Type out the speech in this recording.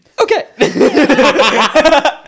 Okay